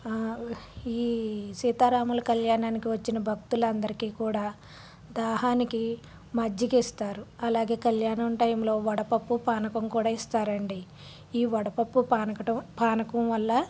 ఈ సీతారాముల కళ్యాణానికి వచ్చిన భక్తులందరికి కూడా దాహానికి మజ్జిగ ఇస్తారు అలాగే కళ్యాణం టైంలో వడపప్పు పానకం కూడా ఇస్తారు అండి ఈ వడపప్పు పానకటం పానకం వల్ల